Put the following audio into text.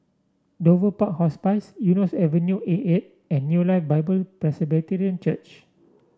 Dover Park Hospice Eunos Avenue Eight A and New Life Bible Presbyterian Church